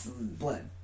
blood